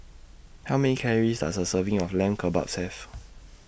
How Many Calories Does A Serving of Lamb Kebabs Have